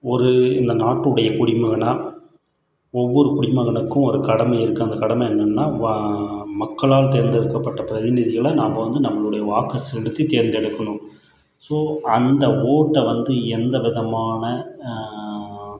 ஒரு இந்த நாட்டுடைய குடிமகனாக ஒவ்வொரு குடிமகனுக்கும் ஒரு கடமை இருக்கு அந்த கடமை என்னன்னா மக்களால் தேர்ந்தெடுக்கப்பட்ட பிரதிநிதிகளை நம்ப வந்து நம்ம வாக்கை செலுத்தி தேர்தெடுக்கணும் ஸோ அந்த ஓட்டை வந்து எந்த விதமான